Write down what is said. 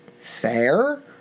Fair